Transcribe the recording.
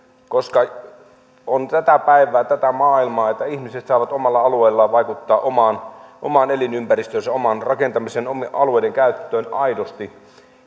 koska on tätä päivää tätä maailmaa että ihmiset saavat omalla alueellaan vaikuttaa omaan omaan elinympäristöönsä omaan rakentamiseensa omien alueiden käyttöön aidosti